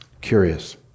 Curious